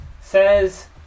says